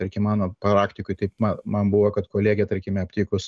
tarkim mano praktikoj taip ma man buvo kad kolegė tarkime aptikus